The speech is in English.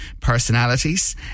personalities